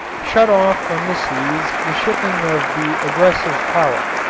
shut off from the seas the shipping of the aggressive power.